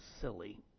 silly